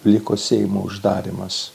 liko seimo uždarymas